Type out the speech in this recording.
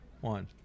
one